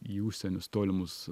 į užsienius tolimus